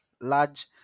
large